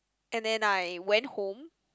and then I went home